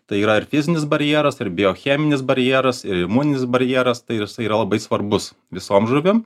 tai yra ir fizinis barjeras ir biocheminis barjeras ir imuninis barjeras tai yra labai svarbus visom žuvim